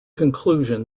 conclusion